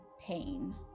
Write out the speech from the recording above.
pain